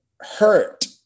hurt